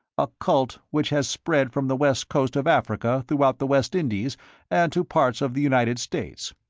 a cult which has spread from the west coast of africa throughout the west indies and to parts of the united states.